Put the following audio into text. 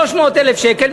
300,000 שקל,